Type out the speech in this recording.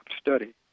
study